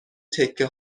تکه